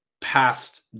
past